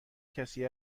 کسی